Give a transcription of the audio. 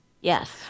Yes